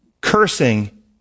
Cursing